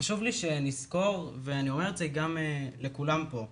חשוב לי שנזכור ואני אומר את זה גם לכולם פה,